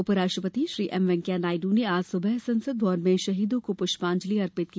उपराष्ट्रपति एम वेंकैया नायड् आज सुबह संसद भवन में शहीदों को पुष्पांजलि अर्पित की